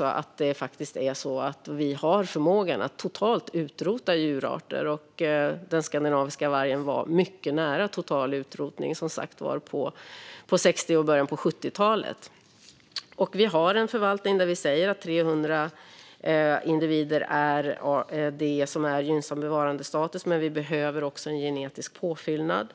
att det finns en förmåga att totalt utrota djurarter, och den skandinaviska vargen var mycket nära total utrotning på 1960-talet och i början av 1970-talet. I förvaltningen sägs att 300 individer är gynnsam bevarandestatus, men det behövs också en genetisk påfyllnad.